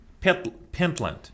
Pentland